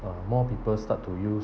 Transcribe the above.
uh more people start to use